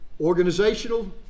organizational